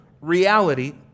reality